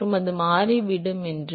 மற்றும் அது மாறிவிடும் என்று